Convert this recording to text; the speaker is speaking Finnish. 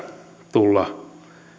tulla